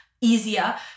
easier